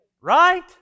Right